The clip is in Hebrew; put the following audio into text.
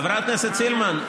חברת הכנסת סילמן,